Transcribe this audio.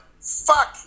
Fuck